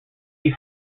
that